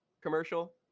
commercial